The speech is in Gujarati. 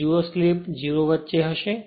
જુઓ સ્લિપ 0 વચ્ચે હશે